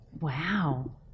wow